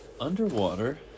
Underwater